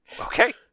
Okay